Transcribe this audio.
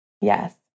Yes